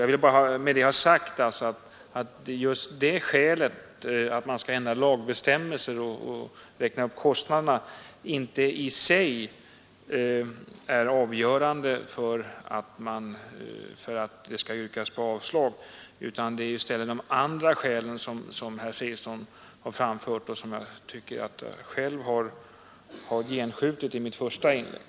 Jag vill med detta bara ha sagt, att just det skälet att man skall ändra lagbestämmelser och att man räknar upp kostnaderna är i sig inte avgörande för att det skall yrkas avslag, utan det gäller i stället de andra skälen som herr Fredriksson framfört och som jag tycker att jag har gendrivit i mitt första inlägg.